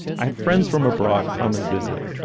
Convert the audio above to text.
i had friends from abroad come and visit.